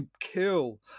kill